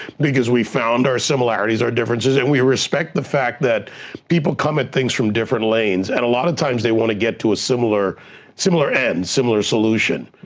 because we found our similarities, our differences, and we respect the fact that people come at things from different lanes and a lot of times, they want to get to ah a similar end, similar solution.